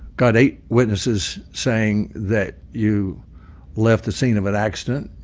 got eight witnesses saying that you left the scene of an accident,